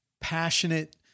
passionate